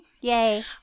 Yay